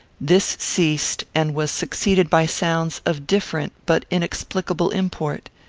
this ceased, and was succeeded by sounds of different but inexplicable import.